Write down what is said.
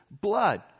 blood